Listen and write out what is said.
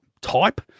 type